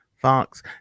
Fox